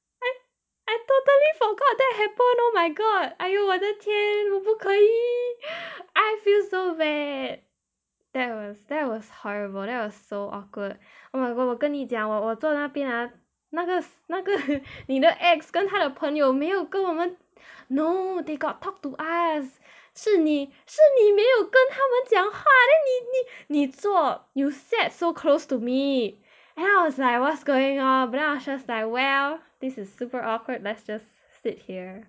I I totally forgot that happen oh my god !aiyo! 我的天我不可以 I feel so bad that was that was horrible that was so awkward oh my god 我跟你讲我我做那边 ah 那个那个你的 ex 跟他的朋友有没有跟我们 no they got talk to us 是你是你没有跟他们讲话 then 你你坐 you sat so close to me and I was like what's going on but then I was just like well this is super awkward let's just sit here